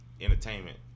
entertainment